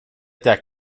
der